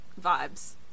vibes